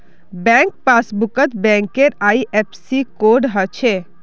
bank पासबुकत बैंकेर IFSC code हछे